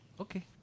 Okay